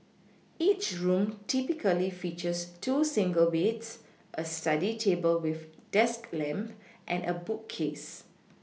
each room typically features two single beds a study table with desk lamp and a bookcase